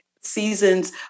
seasons